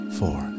four